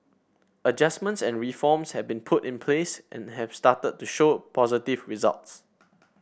adjustments and reforms have been put in place and have started to show positive results